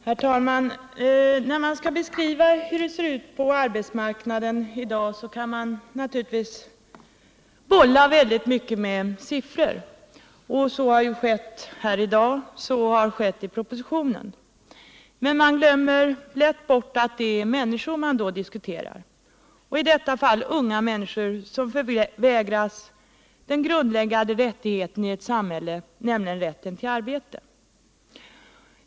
Herr talman! När man skall beskriva hur det ser ut på arbetsmarknaden i dag kan man naturligtvis bolla väldigt mycket med siffror. Så har skett här i dag och så har skett i propositionen. Men man glömmer då lätt bort att det är människor man diskuterar, i detta fall unga människor som förvägrats den grundläggande rättigheten i ett samhälle, nämligen rätten till ett arbete.